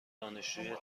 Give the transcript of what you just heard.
دانشجوی